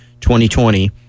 2020